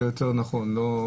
זה נכון יותר.